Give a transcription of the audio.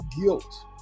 guilt